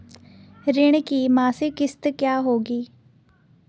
ऋण की मासिक किश्त क्या होगी?